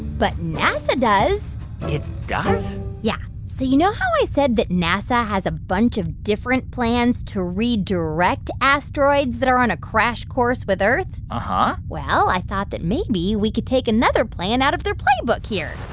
but nasa does it does? yeah. so you know how i said that nasa has a bunch of different plans to redirect asteroids that are on a crash course with earth? uh-huh well, i thought that maybe we could take another plane out of their playbook here